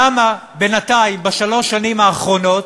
למה בינתיים, בשלוש השנים האחרונות,